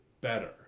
better